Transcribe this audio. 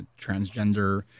transgender